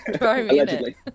Allegedly